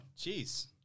jeez